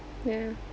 ya